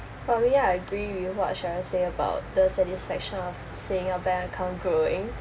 for me I agree with what cheryl say about the satisfaction of seeing your bank account growing